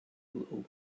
will